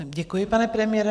Děkuji, pane premiére.